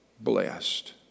blessed